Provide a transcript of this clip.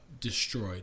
destroyed